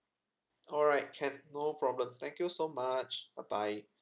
alright can no problem thank you so much bye bye